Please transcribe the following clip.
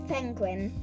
Penguin